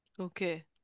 okay